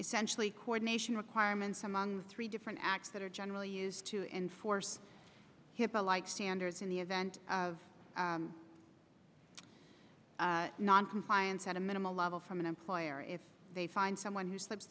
essentially coordination requirements among three different acts that are generally used to enforce hipaa like standards in the event of non compliance at a minimal level from an employer if they find someone who slips